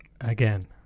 again